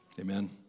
Amen